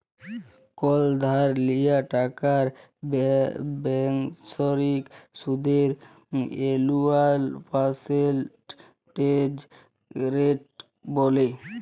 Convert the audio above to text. call ধার লিয়া টাকার বাৎসরিক সুদকে এলুয়াল পার্সেলটেজ রেট ব্যলে